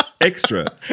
Extra